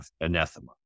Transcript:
anathema